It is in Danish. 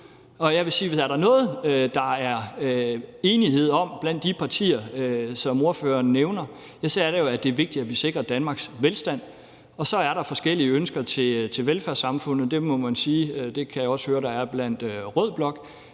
Jeg vil sige, at hvis der er noget, der er enighed om blandt de partier, som ordføreren nævner, så er det jo, at det er vigtigt, at vi sikrer Danmarks velstand. Så er der forskellige ønsker til velfærdssamfundet, og det kan jeg også høre at der er i rød blok.